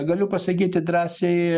galiu pasakyti drąsiai